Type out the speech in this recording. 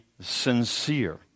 sincere